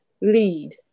lead